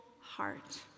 heart